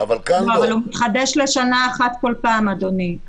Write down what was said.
הוא מתחדש לשנה אחת בכל פעם, אדוני.